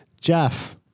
Jeff